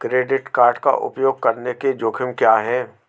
Credit card का उपयोग करने के जोखिम क्या हैं?